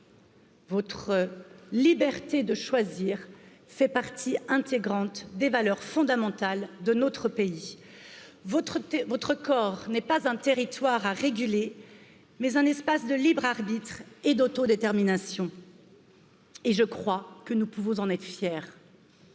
Votre liberté de choisir fait partie intégrante des valeurs fondamentales de notre pays. Votre corps n'est pas un territoire à réguler, mais un espace de libre arbitre et d'autodétermination. Et je crois que nous pouvons en être fiers.